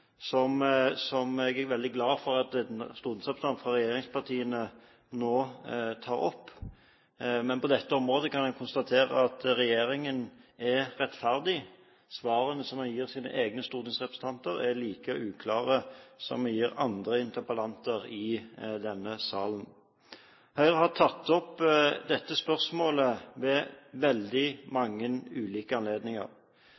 som jeg er veldig glad for at en stortingsrepresentant fra regjeringspartiene nå tar opp. Men på dette området kan vi konstatere at regjeringen er rettferdig. Svarene man gir sine egne stortingsrepresentanter, er like uklare som dem man gir andre interpellanter i denne salen. Høyre har tatt opp dette spørsmålet ved veldig